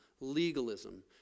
legalism